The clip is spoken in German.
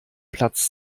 platz